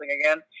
again